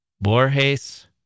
Borges